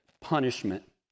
punishment